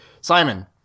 Simon